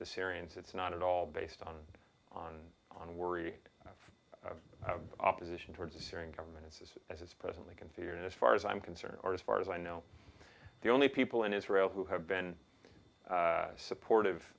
the syrians it's not at all based on on on worry opposition towards the syrian government insists that is presently considered as far as i'm concerned or as far as i know the only people in israel who have been supportive